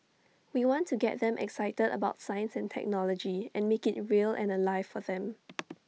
we want to get them excited about science and technology and make IT real and alive for them